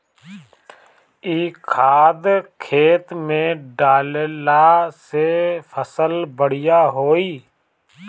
इ खाद खेत में डालला से फसल बढ़िया होई